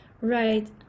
right